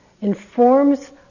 informs